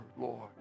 Lord